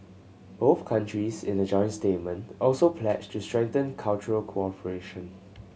both countries in a joint statement also pledged to strengthen cultural cooperation